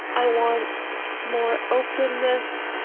i want more openness.